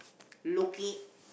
locate